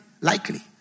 Likely